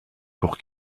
pour